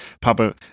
Papa